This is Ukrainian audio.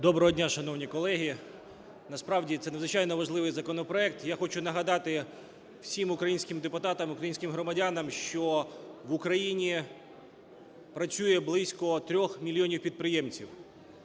Доброго дня, шановні колеги! Насправді це надзвичайно важливий законопроект. І я хочу нагадати всім українським депутатам, українським громадянам, що в Україні працює близько 3 мільйонів підприємців.